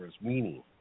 meaning